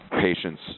patients